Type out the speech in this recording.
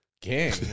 Gang